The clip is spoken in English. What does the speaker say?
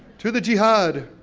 to the jihad!